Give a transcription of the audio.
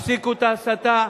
הפסיקו את ההסתה.